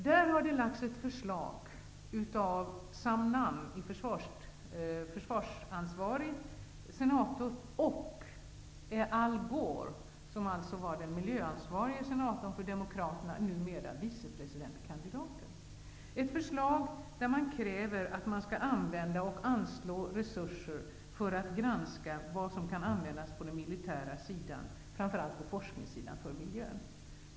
Där har ett förslag lagts av Sam Nunn, som är försvarsansvarig senator, och av Al Gore, som var den miljöansvarige senatorn för Demokraterna och som numera är vicepresidentkandidat. Det är ett förslag där det krävs att man skall använda och anslå resurser för att granska vad som kan användas på den militära sidan, framför allt på forskningssidan, för miljön.